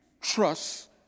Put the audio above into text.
trust